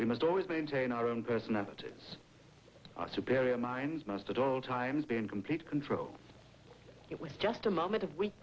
we must always maintain our own personality is our superior minds must at all times be in complete control it was just a moment of weak